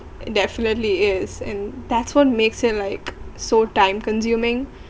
definitely is and that's what makes it like so time consuming